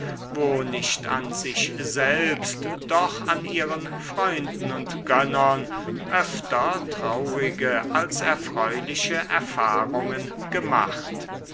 wo nicht an sich selbst doch an ihren freunden und gönnern öfter traurige als erfreuliche erfahrungen gemacht